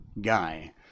guy